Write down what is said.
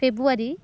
February